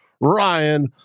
Ryan